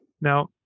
Now